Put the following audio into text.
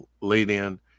lead-in